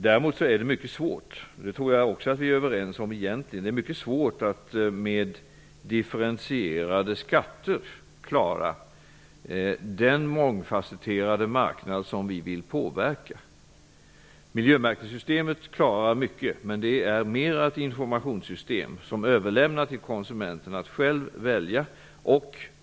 Däremot är det mycket svårt att med differentierade skatter möta den mångfacetterade marknad som vi vill påverka. Det tror jag att vi egentligen är överens om. Miljömärkningssystemet klarar mycket, men det är mer av ett informationssystem som överlämnar till konsumenten att själv välja.